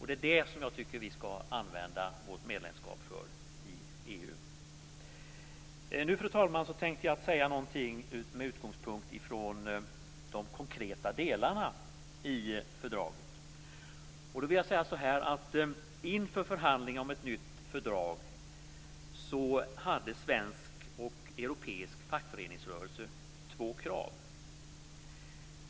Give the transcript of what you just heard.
Det är det jag tycker att vi skall använda vårt medlemskap i EU till. Fru talman! Nu tänkte jag säga någonting med utgångspunkt från de konkreta delarna i fördraget. Inför förhandlingen om ett nytt fördrag hade svensk och europeisk fackföreningsrörelse två krav.